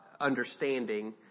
understanding